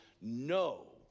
no